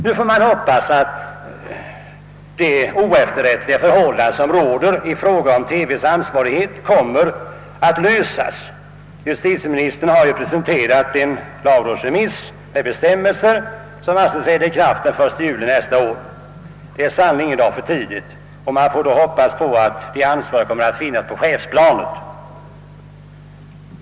Nu får man hoppas att det oefterrättliga förhållande som råder i fråga om TV:s ansvarighet kommer att lösas. Justitieministern har presenterat en lagrådsremiss med bestämmelser som avses träda i kraft den 1 juli nästa år. Det är sannerligen inte en dag för tidigt och man får hoppas att de ansvariga kommer att finnas på chefsplanet.